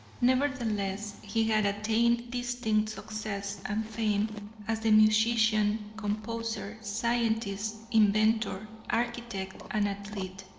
nevertheless he had attained distinct success and fame as a musician, composer, scientist, inventor, architect, and athlete.